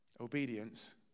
Obedience